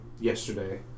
yesterday